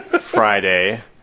Friday